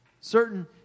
Certain